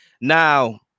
Now